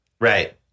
Right